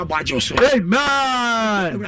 amen